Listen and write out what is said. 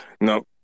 no